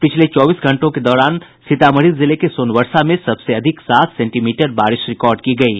पिछले चौबीस घंटों के दौरान सीतामढ़ी जिले के सोनवर्षा में सबसे अधिक सात सेंटीमीटर बारिश रिकॉर्ड की गयी